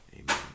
Amen